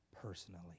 personally